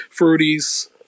Fruities